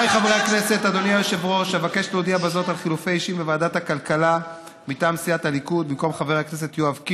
יושב-ראש ועדת הכנסת מודיע הודעה.